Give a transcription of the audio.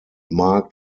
marked